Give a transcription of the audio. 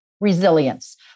resilience